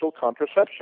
contraception